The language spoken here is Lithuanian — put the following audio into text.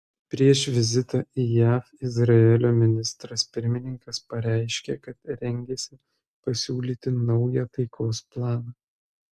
prieš vizitą į jav izraelio ministras pirmininkas pareiškė kad rengiasi pasiūlyti naują taikos planą